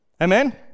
Amen